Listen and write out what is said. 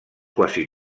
quasi